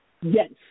yes